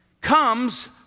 comes